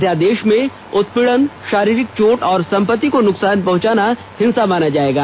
अध्यादेश में उत्पीडन शारीरिक चोट और संपत्ति को नुकसान पहुंचाना हिंसा माना जाएगा